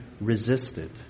resisted